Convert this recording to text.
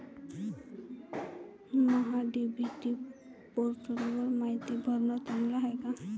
महा DBT पोर्टलवर मायती भरनं चांगलं हाये का?